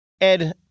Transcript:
Ed